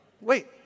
Wait